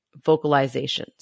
vocalizations